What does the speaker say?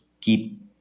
keep